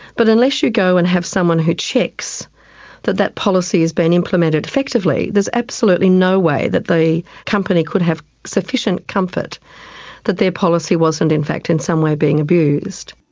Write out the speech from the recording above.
but unless you go and have someone who checks that that policy is being implemented effectively, there's absolutely no way that the company could have sufficient comfort that their policy wasn't in fact in some way being abused.